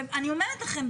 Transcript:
ואני אומרת לכם,